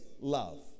love